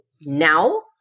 now